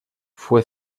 fue